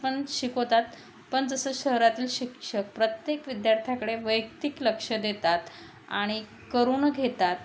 पण शिकवतात पण जसं शहरातील शिक्षक प्रत्येक विद्यार्थ्याकडे वैयक्तिक लक्ष देतात आणि करून घेतात